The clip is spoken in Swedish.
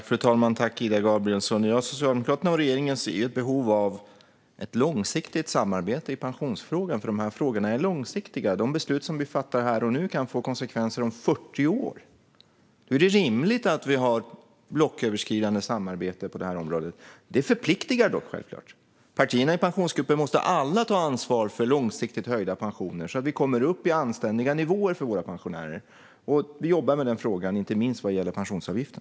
Fru talman och Ida Gabrielsson! Socialdemokraterna och regeringen ser ett behov av ett långsiktigt samarbete i pensionsfrågan, för de här frågorna är långsiktiga. De beslut som vi fattar här och nu kan få konsekvenser om 40 år. Då är det rimligt att vi har ett blocköverskridande samarbete på området. Det förpliktar dock, självklart. Partierna i Pensionsgruppen måste alla ta ansvar för långsiktigt höjda pensioner så att vi kommer upp i anständiga nivåer för våra pensionärer. Vi jobbar med denna fråga, inte minst vad gäller pensionsavgiften.